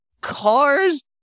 cars